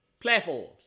platforms